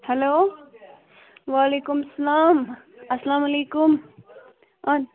hello وعلیکُم السلام السلام علیکُم آ